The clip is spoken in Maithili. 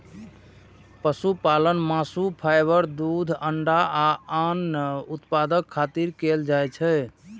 पशुपालन मासु, फाइबर, दूध, अंडा आ आन उत्पादक खातिर कैल जाइ छै